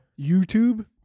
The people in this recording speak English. YouTube